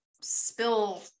spill